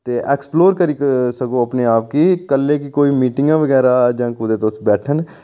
ते ऐक्सप्लोर करी सको अपने आप गी कल्लै गी कोई मीटिंग बगैरा जां कुतै तुस बैठन